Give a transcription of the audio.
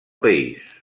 país